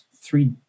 three